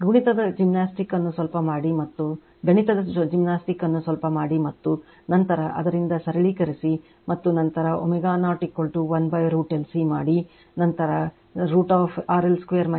ಗಣಿತದ ಜಿಮ್ನಾಸ್ಟಿಕ್ ಅನ್ನು ಸ್ವಲ್ಪ ಮಾಡಿ ಮತ್ತು ನಂತರ ಅದರಿಂದ ಸರಳೀಕರಿಸಿ ಮತ್ತು ನಂತರ ω0 1√LC ಮಾಡಿ ನಂತರ √ RL2 L C RC2 L Cಮಾಡಿ